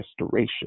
restoration